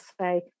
say